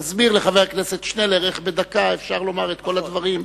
תסביר לחבר הכנסת שנלר איך בדקה אפשר לומר את כל הדברים.